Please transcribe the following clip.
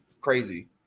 Crazy